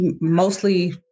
mostly